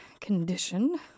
condition